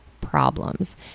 problems